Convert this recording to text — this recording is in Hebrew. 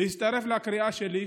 להצטרף לקריאה שלי,